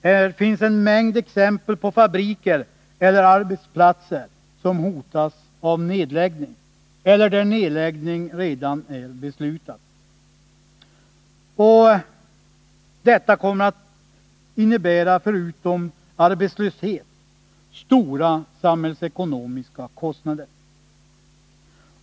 Här finns en mängd exempel på fabriker eller arbetsplatser som hotas av nedläggning, eller där nedläggning redan är beslutad. Detta kommer att innebära, förutom arbetslöshet, stora samhällsekonomiska kostnader.